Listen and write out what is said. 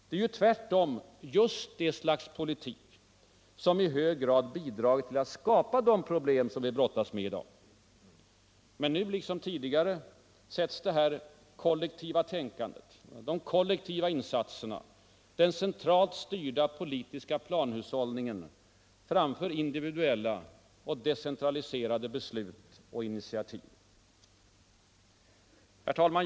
Det är tvärtom just detta slags politik som i hög grad bidragit till att skapa de problem som vi brottas med i dag. Nu liksom tidigare sätts det kollektiva tänkandet, de kollektiva insatserna, den centralt styrda politiska planhushållningen framför individuella och decentraliserade beslut och initiativ. Herr talman!